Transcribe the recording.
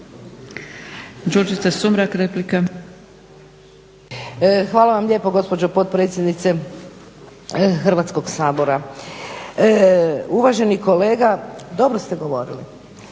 Hvala vam lijepo gospođo potpredsjednice Hrvatskog sabora. Uvaženi kolega, dobro ste govorili.